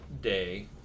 day